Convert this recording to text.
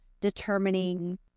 determining